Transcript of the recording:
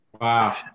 Wow